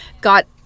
got